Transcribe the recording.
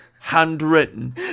handwritten